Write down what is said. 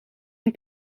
een